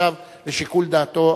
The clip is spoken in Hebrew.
עכשיו לשיקול דעתו,